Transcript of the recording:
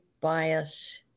bias